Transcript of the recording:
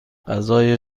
غذای